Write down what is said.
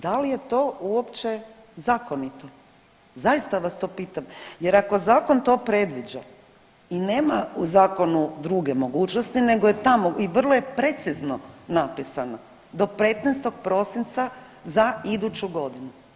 Da li je to uopće zakonito, zaista vas to pitam, jer ako zakon to predviđa i nema u zakonu druge mogućnosti nego je tamo i vrlo je precizno napisano do 15. prosinca za iduću godinu.